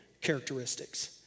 characteristics